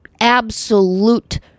absolute